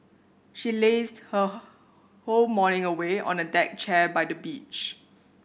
she lazed her whole morning away on a deck chair by the beach